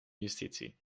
justitie